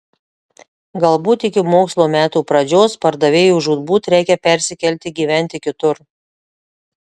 galbūt iki mokslo metų pradžios pardavėjui žūtbūt reikia persikelti gyventi kitur